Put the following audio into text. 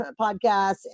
Podcasts